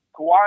Kawhi